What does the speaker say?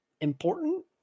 important